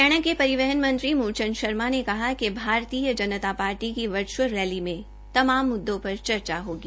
हरियाणा के परिवहन मंत्री मूलचंद शर्मा ने कहा कि भारतीय जनता पार्टी की वर्च्अल रैली में तमाम म्द्दों पर चर्चा होगी